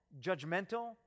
judgmental